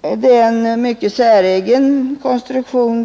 Detta är en mycket säregen konstruktion,